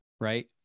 right